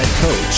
coach